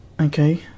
Okay